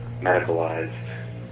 medicalized